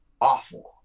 awful